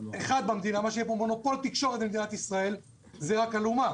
מונופול תקשורת במדינת ישראל יהיה "אלומה".